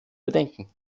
bedenken